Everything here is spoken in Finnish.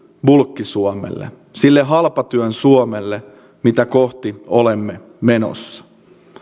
bulkki suomelle sille halpatyön suomelle mitä kohti olemme menossa